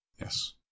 Yes